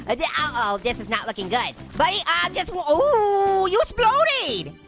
ah yeah ah this is not looking good. buddy, i just, ooh, you asplodey.